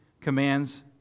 commands